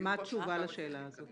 מה התשובה לשאלה הזאת?